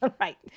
Right